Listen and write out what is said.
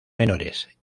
menores